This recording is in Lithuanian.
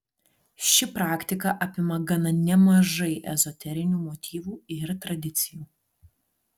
ši praktika apima gana nemažai ezoterinių motyvų ir tradicijų